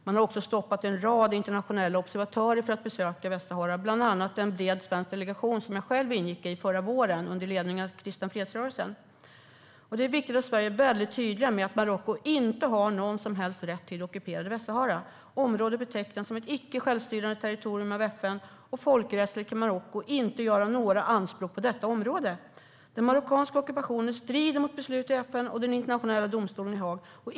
Man har också stoppat en rad internationella observatörer från att besöka Västsahara, bland annat en bred svensk delegation som jag själv ingick i förra våren, under ledning av Kristna Fredsrörelsen. Det är viktigt att Sverige är väldigt tydligt med att Marocko inte har någon som helst rätt till det ockuperade Västsahara. Området betecknas som ett icke självstyrande territorium av FN, och folkrättsligt kan Marocko inte göra några anspråk på detta område. Den marockanska ockupationen strider mot beslut i FN och i den internationella domstolen i Haag.